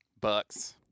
Bucks